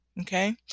okay